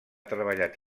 treballat